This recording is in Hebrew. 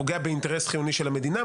פוגע באינטרס חיוני של המדינה,